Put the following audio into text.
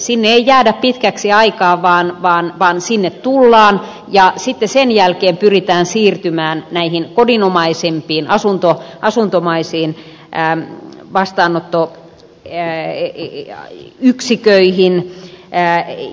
sinne ei jäädä pitkäksi aikaa vaan sinne tullaan ja sitten sen jälkeen pyritään siirtymään kodinomaisempiin asuntomaisiin ääniin vastaanotto oli ääneti ja yksikköihin vastaanottoyksiköihin